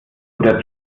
oder